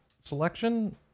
selection